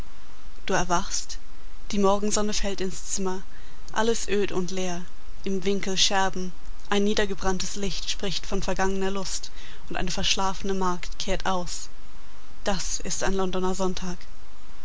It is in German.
du erwachst die morgensonne fällt ins zimmer alles öd und leer im winkel scherben ein niedergebranntes licht spricht von vergangener lust und eine verschlafene magd kehrt aus das ist ein londoner sonntag